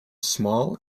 small